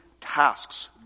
tasks